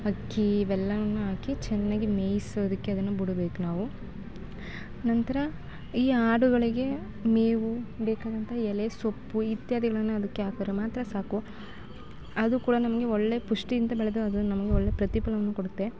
ಅಕ್ಕಿ ಇವೆಲ್ಲವನ್ನು ಹಾಕಿ ಚೆನ್ನಾಗಿ ಮೇಯಿಸೋದಕ್ಕೆ ಅದನ್ನು ಬಿಡ್ಬೇಕು ನಾವು ನಂತರ ಈ ಆಡುಗಳಿಗೆ ಮೇವು ಬೇಕಾದಂತಹ ಎಲೆ ಸೊಪ್ಪು ಇತ್ಯಾದಿಗಳನ್ನು ಅದಕ್ಕೆ ಹಾಕಿದರೆ ಮಾತ್ರ ಸಾಕು ಅದು ಕೂಡ ನಮಗೆ ಒಳ್ಳೆ ಪುಷ್ಠಿಯಿಂದ ಬೆಳೆದು ಅದು ನಮಗೆ ಒಳ್ಳೆ ಪ್ರತಿಫಲವನ್ನು ಕೊಡುತ್ತೆ